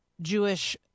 Jewish